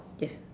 yes